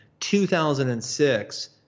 2006